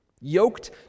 Yoked